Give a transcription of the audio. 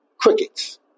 Crickets